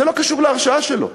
זה לא קשור להרשעה שלו.